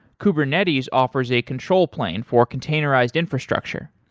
kubernetes offers a control plane for containerized infrastructure.